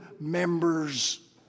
members